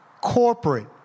corporate